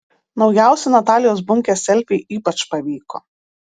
naujausi natalijos bunkės selfiai ypač pavyko